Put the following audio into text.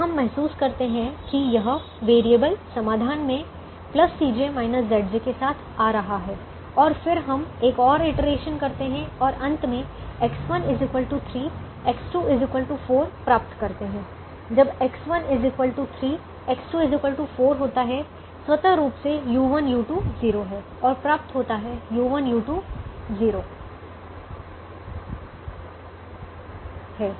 अब हम महसूस करते हैं कि यह वैरिएबल समाधान में Cj Zj के साथ आ रहा है और फिर हम एक और इटरेशन करते हैं और अंत में X1 3 X2 4 प्राप्त करते हैं जब X1 3 X2 4 होता है स्वतः रूप से u1 u2 0 हैं और प्राप्त होता है कि u1 u2 0 हैं